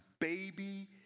baby